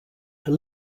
her